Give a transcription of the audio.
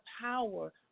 power